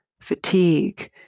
fatigue